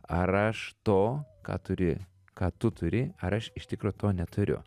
ar aš to ką turi ką tu turi ar aš iš tikro to neturiu